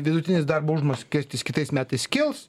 vidutinis darbo užmokestis kitais metais kils